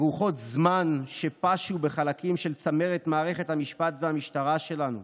ברוחות הזמן שפשו בחלקים של צמרת מערכת המשפט והמשטרה שלנו,